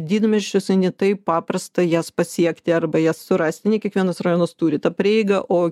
didmiesčiuose ne taip paprasta jas pasiekti arba jas surasti ne kiekvienas rajonas turi tą prieigą o